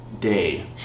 day